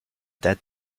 date